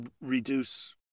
reduce